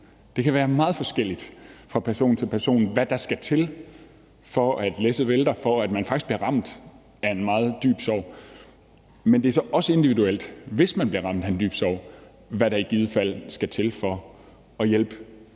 Det kan være meget forskelligt fra person til person, hvad der skal til, for at læsset vælter, for at man faktisk bliver ramt af en meget dyb sorg. Men det er også individuelt, hvis man bliver ramt af en dyb sorg, hvad der i givet fald skal til for at hjælpe